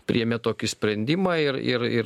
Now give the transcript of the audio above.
priėmė tokį sprendimą ir ir ir